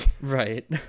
Right